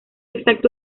exacto